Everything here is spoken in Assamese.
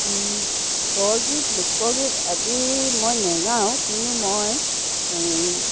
বৰগীত লোকগীত আদি মই নাগাওঁ কিন্তু মই এই